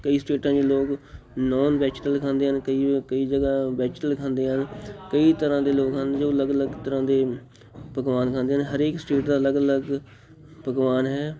ਕਈ ਸਟੇਟਾਂ 'ਚ ਲੋਕ ਨੋਨ ਵੇਜੀਟਲ ਖਾਂਦੇ ਹਨ ਕਈ ਕਈ ਜਗ੍ਹਾ ਵੇਜੀਟਲ ਖਾਂਦੇ ਹਨ ਕਈ ਤਰ੍ਹਾਂ ਦੇ ਲੋਕ ਹਨ ਜੋ ਅਲੱਗ ਅਲੱਗ ਤਰ੍ਹਾਂ ਦੇ ਪਕਵਾਨ ਖਾਂਦੇ ਹਨ ਹਰੇਕ ਸਟੇਟ ਦਾ ਅਲੱਗ ਅਲੱਗ ਪਕਵਾਨ ਹੈ